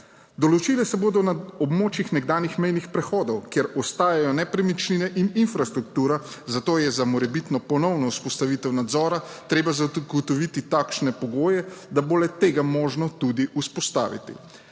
Določile se bodo na območjih nekdanjih mejnih prehodov, kjer ostajajo nepremičnine in infrastruktura, zato je za morebitno ponovno vzpostavitev nadzora treba zagotoviti takšne pogoje, da bo le tega možno tudi vzpostaviti.